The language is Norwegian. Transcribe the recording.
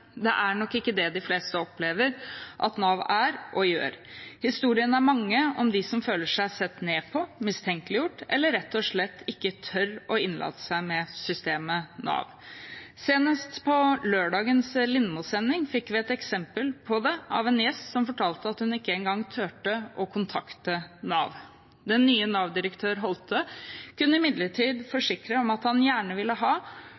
det er nok ikke det de fleste opplever at Nav er og gjør. Historiene er mange om de som føler seg sett ned på, mistenkeliggjort, eller som rett og slett ikke tør å innlate seg med systemet Nav. Senest på fredagens Lindmo-sending fikk vi et eksempel på det av en gjest som fortalte at hun ikke engang turte å kontakte Nav. Den nye Nav-direktøren, Holte, kunne imidlertid